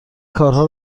کارها